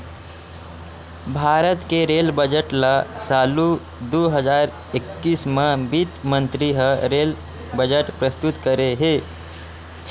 भारत के rail budget ल साल दू हजार एक्कीस म बित्त मंतरी ह रेल बजट प्रस्तुत करे हे